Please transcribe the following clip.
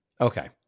Okay